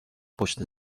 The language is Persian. پشت